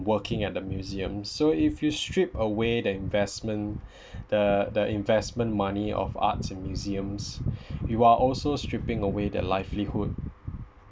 working at a museum so if you strip away the investment the the investment money of arts and museums you are also stripping away their livelihood